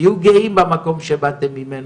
תהיו גאים במקום שבאתם ממנו,